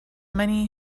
many